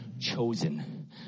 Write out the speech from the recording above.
Chosen